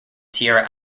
tierra